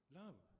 love